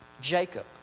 Jacob